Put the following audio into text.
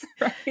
right